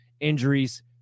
injuries